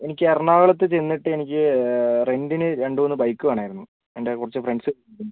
എനിക്ക് എറണാകുളത്ത് ചെന്നിട്ട് എനിക്ക് റെന്റിന് രണ്ട് മൂന്ന് ബൈക്ക് വേണമായിരുന്നു എൻ്റെ കുറച്ച് ഫ്രണ്ട്സ് ഉം